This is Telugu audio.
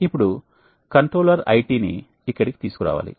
ఇప్పుడు కంట్రోలర్ IT ని ఇక్కడికి తీసుకు రావాలి